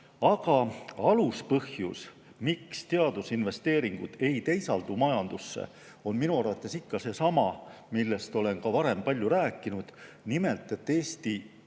Aga aluspõhjus, miks teadusinvesteeringud ei teisaldu majandusse, on minu arvates ikka seesama, millest olen ka varem palju rääkinud, nimelt, et Eesti